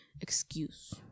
excuse